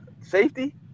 Safety